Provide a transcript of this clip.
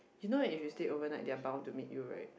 you know right if you stay overnight they are bound to meet you right